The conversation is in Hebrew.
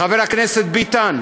חבר הכנסת ביטן,